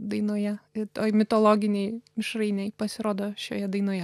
dainoje ir toj mitologinėj mišrainėj pasirodo šioje dainoje